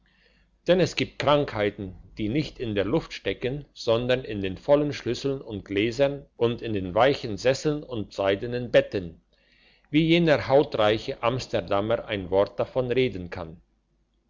denn es gibt krankheiten die nicht in der luft stecken sondern in den vollen schüsseln und gläsern und in den weichen sesseln und seidenen betten wie jener reiche amsterdamer ein wort davon reden kann